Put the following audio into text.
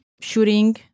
shooting